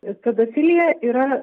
ir pedofilija yra